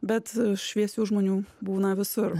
bet šviesių žmonių būna visur